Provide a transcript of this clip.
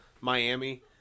Miami